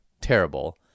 terrible